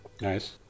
nice